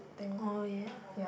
oh ya